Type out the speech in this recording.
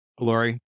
Laurie